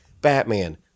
Batman